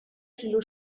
kilo